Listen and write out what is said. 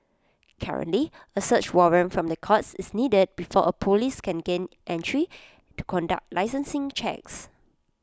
currently A search warrant from the courts is needed before A Police can gain entry conduct licensing checks